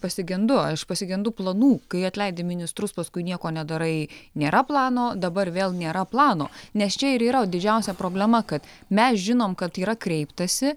pasigendu aš pasigendu planų kai atleidi ministrus paskui nieko nedarai nėra plano dabar vėl nėra plano nes čia ir yra didžiausia problema kad mes žinom kad yra kreiptasi